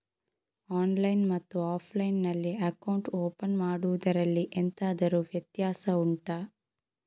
online ಮತ್ತು offline ನಲ್ಲಿ account open ಮಾಡುವುದರಲ್ಲಿ ಎಂತಾದರು ವ್ಯತ್ಯಾಸ ಉಂಟಾ